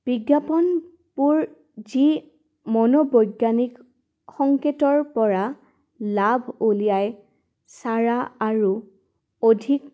বিজ্ঞাপনবোৰ যি মনোবৈজ্ঞানিক সংকেতৰপৰা লাভ উলিয়াই চাৰা আৰু অধিক